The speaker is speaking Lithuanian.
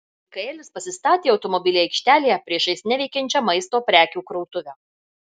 mikaelis pasistatė automobilį aikštelėje priešais neveikiančią maisto prekių krautuvę